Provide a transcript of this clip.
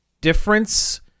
difference